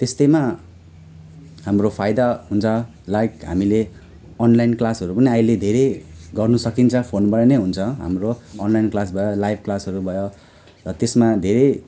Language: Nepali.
त्यस्तैमा हाम्रो फाइदा हुन्छ लाइभ हामीले अनलाइन क्लासहरू पनि हामीले अहिले धेरै गर्नु सकिन्छ फोनबाट नै हुन्छ हाम्रो अनलाइन क्लास भयो लाइभ क्लासहरूबाट त्यसमा धेरै